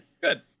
good